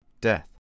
death